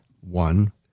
one